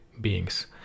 beings